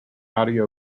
audio